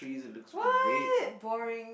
what boring